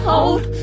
Hold